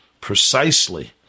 precisely